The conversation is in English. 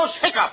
hiccup